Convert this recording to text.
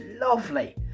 lovely